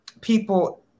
people